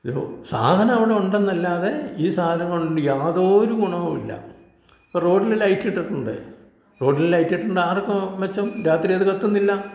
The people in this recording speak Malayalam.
ഇതിപ്പം സാധനം അവിടെ ഉണ്ടെന്നല്ലാതെ ഈ സാധനം കൊണ്ട് യാതോരു ഗുണവും ഇല്ല ഇപ്പം റോഡിൽ ലൈറ്റ് ഇട്ടിട്ടുണ്ട് റോഡിൽ ലൈറ്റ് ഇട്ടിട്ടുണ്ട് ആർക്കാണ് മെച്ചം രാത്രി അത് കത്തുന്നില്ല